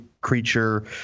Creature